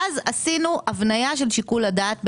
ואז עשינו הבנייה של שיקול הדעת,